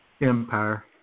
Empire